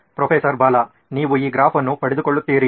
professor Bala ನೀವು ಈ graph ಅನ್ನು ಪಡೆದುಕೊಳ್ಳುತ್ತೀರಿ